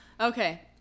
Okay